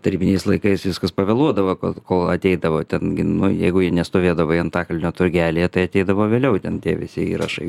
tarybiniais laikais viskas pavėluodavo kol ateidavo ten gi nu jeigu i nestovėdavai antakalnio turgelį tai ateidavo vėliau ten tie visi įrašai